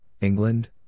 England